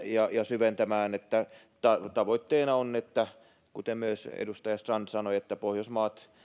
ja syventämään entisestään tavoitteena on kuten myös edustaja strand sanoi että pohjoismaat